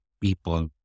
people